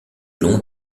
long